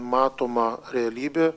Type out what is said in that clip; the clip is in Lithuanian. matoma realybė